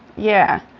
yeah.